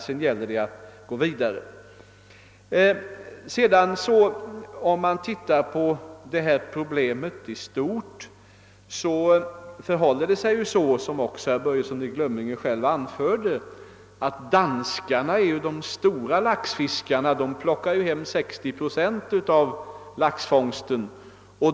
Sedan gäller det att gå vidare. danskarna upp de största laxfångsterna, 60 procent av den totala kvantiteten.